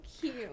cute